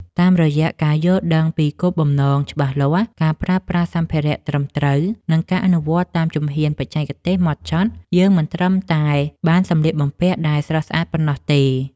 តាមរយៈការយល់ដឹងពីគោលបំណងច្បាស់លាស់ ការប្រើប្រាស់សម្ភារៈត្រឹមត្រូវ និងការអនុវត្តតាមជំហានបច្ចេកទេសហ្មត់ចត់ យើងមិនត្រឹមតែបានសម្លៀកបំពាក់ដែលស្រស់ស្អាតប៉ុណ្ណោះទេ។